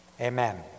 Amen